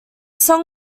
song